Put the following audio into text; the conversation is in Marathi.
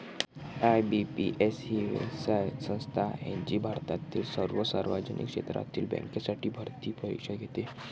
आय.बी.पी.एस ही स्वायत्त संस्था आहे जी भारतातील सर्व सार्वजनिक क्षेत्रातील बँकांसाठी भरती परीक्षा घेते